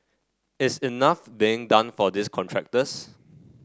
is enough being done for these contractors